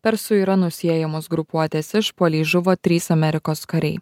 per su iranu siejamos grupuotės išpuolį žuvo trys amerikos kariai